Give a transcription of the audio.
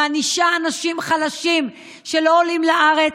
מענישה אנשים חלשים שלא עולים לארץ.